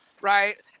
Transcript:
right